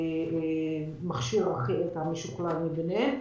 שזה מכשיר אחר, המשוכלל מביניהם.